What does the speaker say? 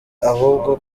ahubwo